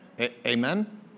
Amen